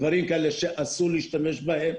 דברים כאלה שאסור להשתמש בהם.